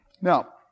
Now